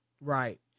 Right